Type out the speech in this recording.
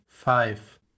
five